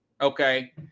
okay